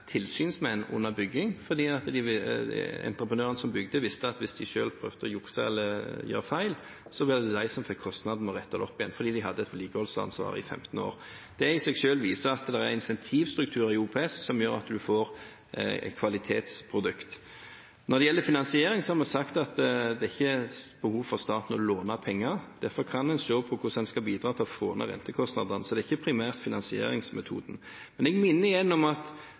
tilsynsmenn under byggingen, fordi entreprenøren som bygde, visste at hvis de selv prøvde å jukse eller gjøre feil, var det de som fikk kostnaden med å rette det opp igjen, fordi de hadde vedlikeholdsansvar i 15 år. Det i seg selv viser at det er incentivstrukturer i OPS som gjør at en får kvalitetsprodukter. Når det gjelder finansiering, har vi sagt at staten ikke har behov for å låne penger. Derfor kan en se på hvordan en kan bidra til å få ned rentekostnadene. Så det er ikke primært finansieringsmetoden. Jeg minner igjen om at